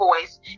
voice